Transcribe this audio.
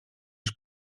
już